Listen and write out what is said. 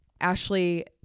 Ashley